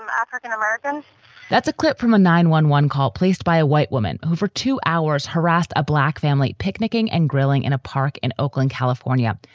um african-american that's a clip from a nine one one call placed by a white woman who for two hours harassed a black family picnicking and grilling in a park in oakland, california,